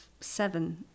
seven